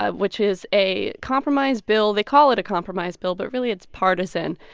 ah which is a compromise bill they call it a compromise bill, but really, it's partisan.